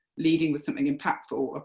leading with something impactful,